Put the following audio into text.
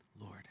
Lord